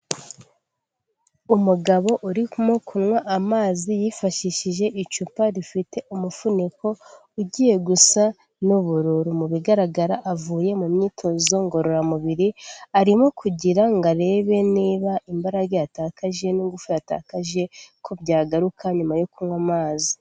Umugabo urimo kunkwa amazi yifashishije icupa rifite umufuniko ugiye gusa n'uburu, mu bigaragara avuye mu myitozo ngororamubiri, arimo kugira ngo arebe niba imbaraga yatakaje n'ingufu yatakaje ko byagaruka nyuma yo kunkwa amazi.